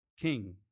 King